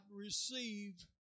receive